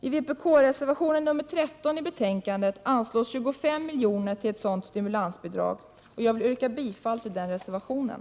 I vpk-reservationen nr 13 i betänkandet föreslås 25 miljoner till ett sådant stimulansbidrag. Jag vill yrka bifall till den reservationen.